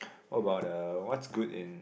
what about uh what's good in